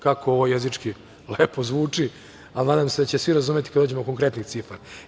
Kako ovo jezički lepo zvuči, ali nadam se da će svi razumeti kada dođemo do konkretnih cifara.